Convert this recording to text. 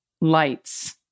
lights